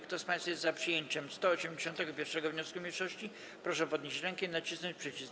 Kto z państwa jest za przyjęciem 181. wniosku mniejszości, proszę podnieść rękę i nacisnąć przycisk.